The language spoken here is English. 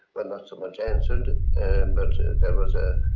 well, not so much answered, and but there was a